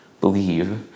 believe